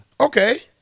Okay